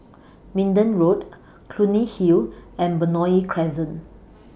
Minden Road Clunny Hill and Benoi Crescent